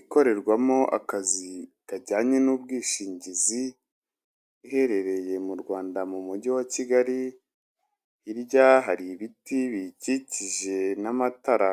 ikorerwamo akazi kajyanye n'ubwishingizi, iherereye mu Rwanda, mu mujyi wa Kigali, hirya hari ibiti biyikikije n'amatara.